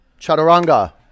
Chaturanga